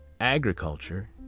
agriculture